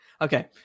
Okay